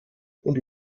und